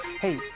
Hey